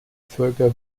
völker